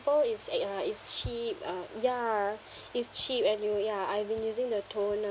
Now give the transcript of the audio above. is uh ya is cheap uh ya is cheap and you'll ya I've been using the toner